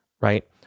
right